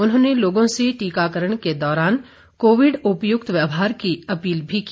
उन्होंने लोगों से टीकाकरण के दौरान कोविड उपयुक्त व्यवहार की अपील भी की